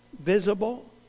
visible